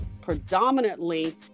predominantly